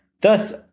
thus